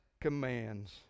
commands